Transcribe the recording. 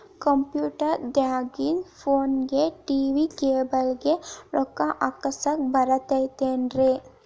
Computer ದಾಗಿಂದ್ ಫೋನ್ಗೆ, TV cable ಗೆ, ರೊಕ್ಕಾ ಹಾಕಸಾಕ್ ಬರತೈತೇನ್ರೇ?